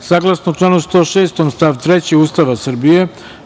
saglasno članu 106. stav 3. Ustava Republike